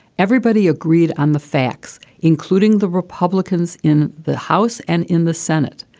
everybody agreed on the facts, including the republicans in the house and in the senate.